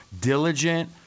diligent